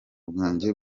bwanjye